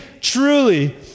truly